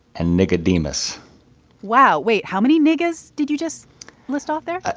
and niggademus wow. wait. how many niggas did you just list off there?